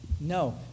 No